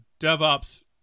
devops